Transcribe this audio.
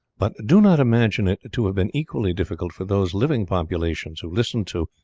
but do not imagine it to have been equally difficult for those living populations who listened to,